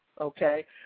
Okay